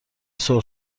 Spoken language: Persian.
سرخ